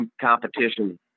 competition